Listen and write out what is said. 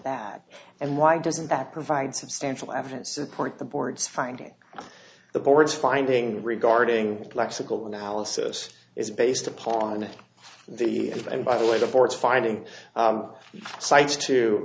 that and why doesn't that provide substantial evidence support the board's finding the board's finding regarding lexical analysis is based upon the and by the way the board's finding cites to